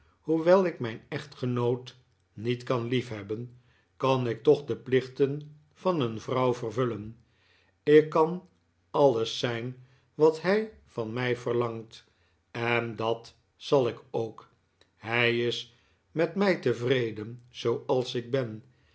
hoewel ik mijn echtgenoot niet kan liefhebben kan ik toch de plichten van een vrouw vervullen ik kan alles zijn wat hij van mij verlangt en dat zal ik ook hij is met mij tevreden zooals ik ben